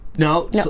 No